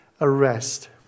arrest